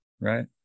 Right